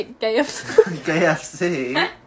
kfc